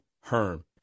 HERM